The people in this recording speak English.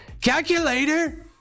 Calculator